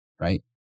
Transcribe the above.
right